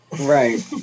Right